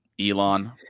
Elon